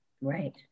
Right